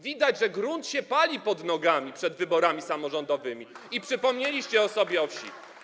Widać, że grunt się pali pod nogami przed wyborami samorządowymi i przypomnieliście sobie o wsi.